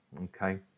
okay